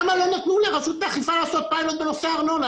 ארנונה.